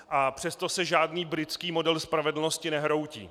A přesto se žádný britský model spravedlnosti nehroutí.